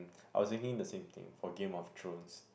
I was thinking the same thing for Game of Thrones